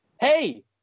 hey